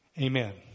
amen